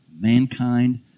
mankind